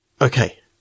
Okay